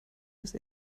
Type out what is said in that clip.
ist